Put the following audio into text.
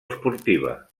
esportiva